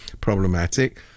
problematic